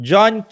John